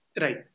Right